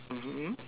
mmhmm